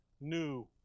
new